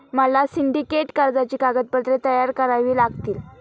मला सिंडिकेट कर्जाची कागदपत्रे तयार करावी लागतील